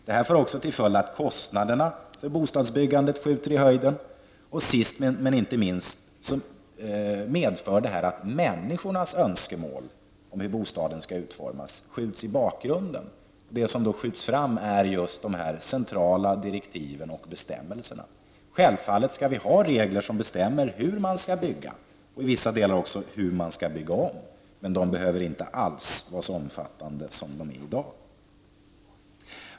Detta får också till följd att kostnaderna för bostadsbyggandet skjuter i höjden, och sist, men inte minst, så medför det att människornas önskemål om hur bostaden skall utformas skjuts i bakgrunden. Det som skjuts fram är just de centrala direktiven och bestämmelserna. Självfallet skall vi ha regler i vilka det bestäms hur man skall bygga och även i vissa delar hur man skall bygga om, men dessa regler behöver inte vara så omfattande som de är i dag.